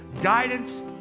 guidance